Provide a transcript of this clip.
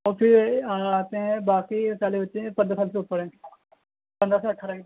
اور پھر آتے ہیں باقی چالیس بچے ہیں پندرہ سال سے اوپر ہیں پندرہ سے اٹھارہ کے